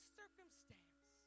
circumstance